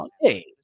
Hey